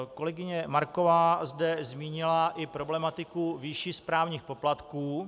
Kolegyně Marková zde zmínila i problematiku výše správních poplatků.